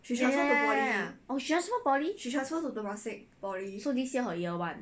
yeah yeah yeah oh she transfer poly so this year her year one